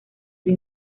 vio